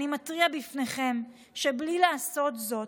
אני מתריע בפניכם שבלי לעשות זאת,